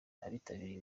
abitabiriye